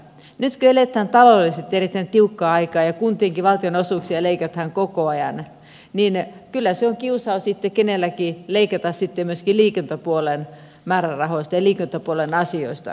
nyt kun eletään taloudellisesti erittäin tiukkaa aikaa ja kuntienkin valtionosuuksia leikataan koko ajan niin kyllä se on kiusaus itse kenelläkin leikata sitten myöskin liikuntapuolen määrärahoista ja liikuntapuolen asioista